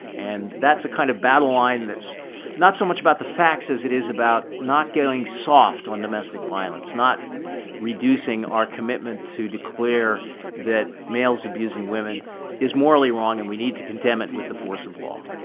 and that's a kind of battle line that's not so much about the facts as it is about not going soft on domestic violence, not reducing our commitment to declare that males abusing women is morally wrong. and we need to condemn it with the force of law,